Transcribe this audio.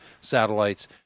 satellites